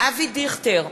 אבי דיכטר,